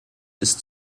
ist